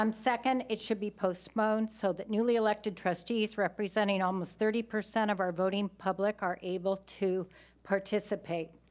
um second, it should be postponed so that newly elected trustees representing almost thirty percent of our voting public are able to participate.